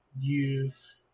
use